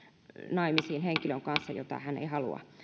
naimisiin henkilön kanssa jota hän ei halua